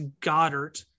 Goddard